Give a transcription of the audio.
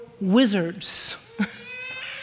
wizards